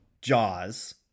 Jaws